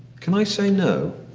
can i say no?